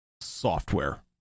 software